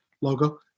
logo